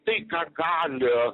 tai ką gali